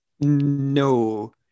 No